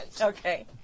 Okay